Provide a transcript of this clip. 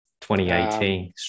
2018